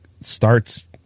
starts